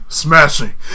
smashing